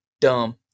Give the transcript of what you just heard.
dumb